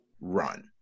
run